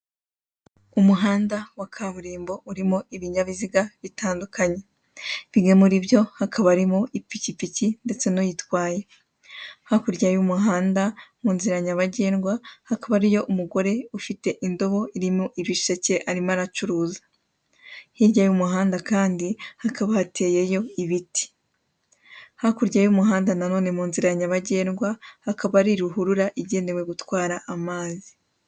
Umuhanda wa kaburimbo urimo ibinyabiziga bitandukanye. Bimwe muri byo hakaba harimo ipikipiki ndetse n'uyitwaye. Hakurya y'umuhanda mu nzira nyabagendwa hakaba hariyo umugore ufite indobo irimo ibisheke arimo aracuruza. Hirya y'umuhanda kandi hakaba hateyeyo ibiti. Hakurya y'umuhanda nanone mu nzira nyabagendwa hakaba hari ruhurura igenewe gutwara amazi.